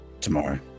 tomorrow